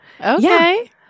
Okay